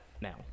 now